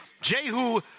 Jehu